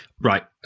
Right